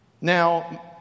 Now